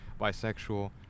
bisexual